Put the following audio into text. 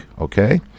okay